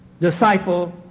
disciple